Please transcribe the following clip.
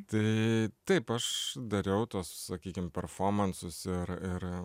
tai taip aš dariau tuos sakykim performansus ir ir